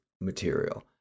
material